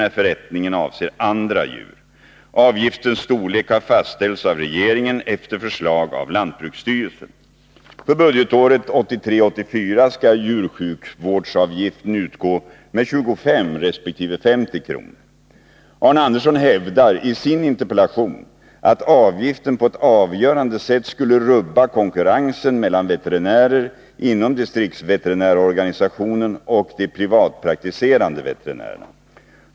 när förrättningen avser andra djur. Avgiftens storlek har fastställts av regeringen efter förslag av lantbruksstyrelsen. För budgetåret 1983/84 skall djursjukvårdsavgiften utgå med 25 resp. 50 kr. Arne Andersson hävdar i sin interpellation att avgiften på ett avgörande sätt skulle rubba konkurrensen mellan veterinärer inom distriktsveterinärorganisationen och de privatpraktiserande veterinärerna.